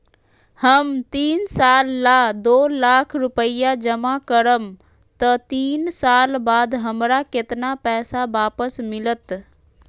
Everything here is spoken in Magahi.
हम तीन साल ला दो लाख रूपैया जमा करम त तीन साल बाद हमरा केतना पैसा वापस मिलत?